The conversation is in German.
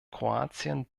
kroatien